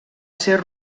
ser